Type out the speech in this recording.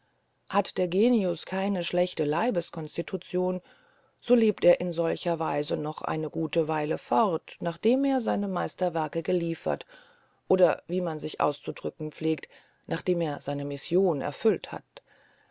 hat der genius keine ganz schlechte leibeskonstitution so lebt er in solcher weise noch eine gute weile fort nachdem er seine meisterwerke geliefert oder wie man sich auszudrücken pflegt nachdem er seine mission erfüllt hat